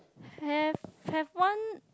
have have one